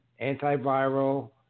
antiviral